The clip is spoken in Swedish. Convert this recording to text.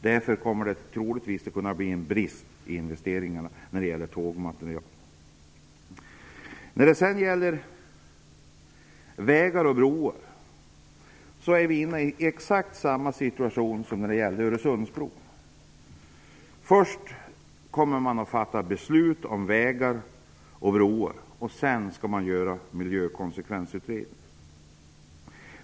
Därför blir det troligtvis en brist i investeringarna när det gäller tågmateriel. Beträffande vägar och broar befinner vi oss i exakt samma situation som när det gällde Öresundsbron. Först kommer man att fatta beslut om vägar och broar. Sedan skall man göra en miljökonsekvensutredning.